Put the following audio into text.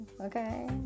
Okay